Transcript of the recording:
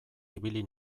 ibili